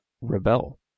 rebel